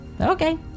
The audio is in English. Okay